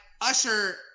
Usher